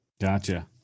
Gotcha